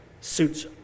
suits